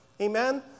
Amen